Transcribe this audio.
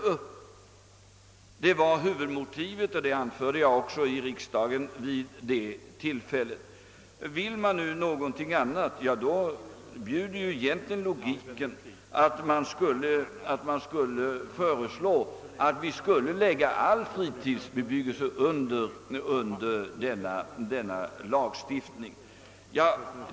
Det var huvudmotivet vilket jag också framhöll i riksdagen vid detta tillfälle. Vill man nu någonting annat bjuder egentligen logiken, att man föreslår att all fritidsbebyggelse skall läggas under denna lagstiftning.